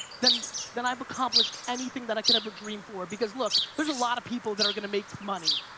then then i've accomplished anything that i could ever dream for because, look, there's a lot of people that are gonna make money,